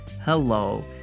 hello